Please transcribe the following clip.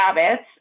habits